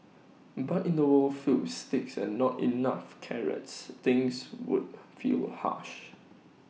but in the world filled sticks and not enough carrots things would feel harsh